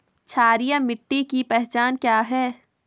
क्षारीय मिट्टी की पहचान क्या है?